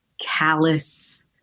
callous